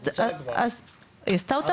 היא עשתה אותה?